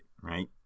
right